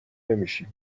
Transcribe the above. نمیشیم